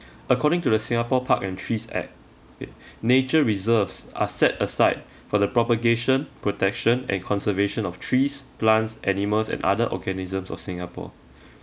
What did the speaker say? according to the singapore park and trees act nature reserves are set aside for the propagation protection and conservation of trees plants animals and other organisms of singapore